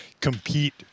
compete